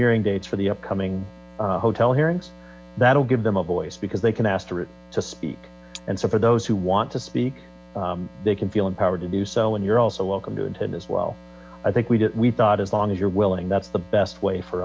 hearing date for the upcoming hotel hearings that will give them a voice because they can ask it to speak and so for those who want to speak they can feel empowered to do so and you're also welcome to attend as well i think we did we thought as long as you're willing that's the best way for